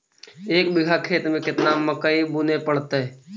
एक बिघा खेत में केतना मकई बुने पड़तै?